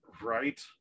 right